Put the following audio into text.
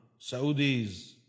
Saudis